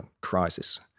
crisis